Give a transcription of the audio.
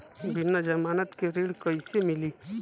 बिना जमानत के ऋण कईसे मिली?